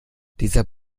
dieser